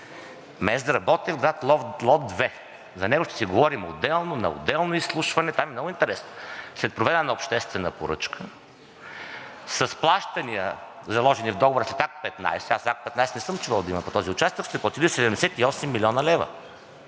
Мездра – Ботевград, лот 2 – за него ще си говорим отделно, на отделно изслушване, там е много интересно. След проведена обществена поръчка, с плащания, заложени в договора след акт 15 – аз акт 15 не съм чувал да има по този участък, сте платили 78 млн. лв.